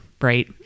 right